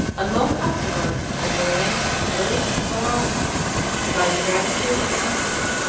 and long afterwards in the coronation of lewis of bavaria and by the gratitude of the emperor,